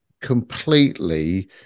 completely